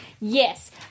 Yes